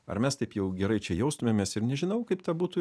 ar mes taip jau gerai čia jaustumėmės ir nežinau kaip ta būtų